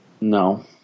No